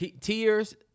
Tears